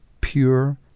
pure